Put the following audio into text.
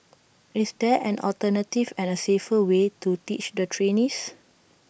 is there an alternative and A safer way to teach the trainees